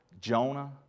Jonah